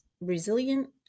resilient